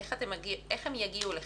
איך הן יגיעו אליכם?